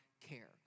care